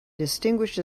distinguished